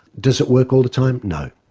does it work all the time? no.